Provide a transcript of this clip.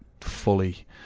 fully